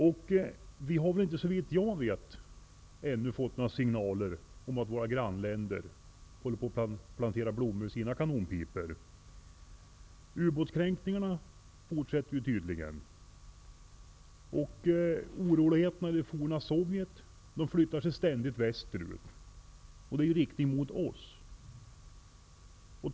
Såvitt jag vet har vi ännu inte fått några signaler om att man i våra grannländer håller på att plantera blommor i sina kanonpipor. Ubåtskränkningarna fortsätter tydligen, och oroligheterna i det forna Sovjet flyttar sig ständigt västerut, dvs. i riktning mot oss.